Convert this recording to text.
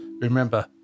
Remember